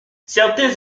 certains